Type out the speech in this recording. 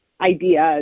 ideas